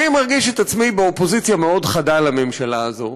אני מרגיש את עצמי באופוזיציה מאוד חדה לממשלה הזאת.